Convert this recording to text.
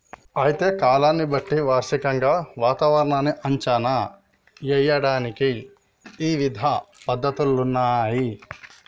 అయితే కాలాన్ని బట్టి వార్షికంగా వాతావరణాన్ని అంచనా ఏయడానికి ఇవిధ పద్ధతులున్నయ్యి